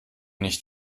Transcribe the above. nicht